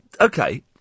okay